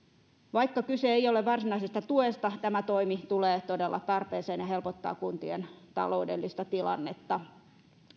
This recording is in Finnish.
vaikka kyse ei ole varsinaisesta tuesta tämä toimi tulee todella tarpeeseen ja helpottaa kuntien taloudellista tilannetta